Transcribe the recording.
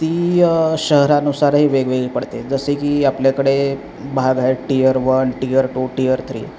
ती शहरानुसारही वेगवेगळी पडते जसे की आपल्याकडे भाग आहे tier one tier two tier three